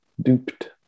duped